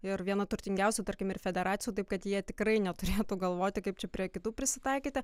ir viena turtingiausių tarkim ir federacijų taip kad jie tikrai neturėtų galvoti kaip čia prie kitų prisitaikyti